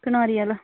कनारी आह्ला